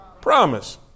promise